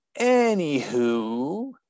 Anywho